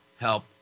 help